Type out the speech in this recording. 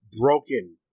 broken